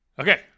Okay